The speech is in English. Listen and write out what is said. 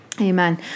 Amen